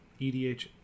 edh